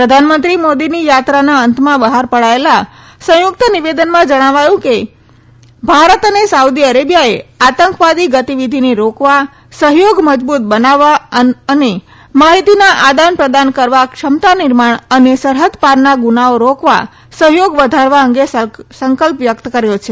પ્રધાનમંત્રી મોદીની યાત્રાના અંતમાં બહાર પડાયેલા સંયુક્ત નિવેદનમાં જણાવાયું હતું કે ભારત અને સાઉદી અરેબિયાએ આતંકવાદી ગતિવિધિને રોકવા સહયોગ મજબૂત બનાવવા અને માહિતીના આદાન પ્રદાન કરવા ક્ષમતા નિર્માણ અને સરહદપારના ગુનાઓ રોકવા સહયોગ વધારવા અંગે સંકલ્પ વ્યક્ત કર્યો છે